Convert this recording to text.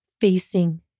facing